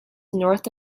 north